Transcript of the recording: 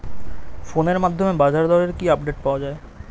ফোনের মাধ্যমে বাজারদরের কি আপডেট পাওয়া যায়?